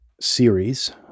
series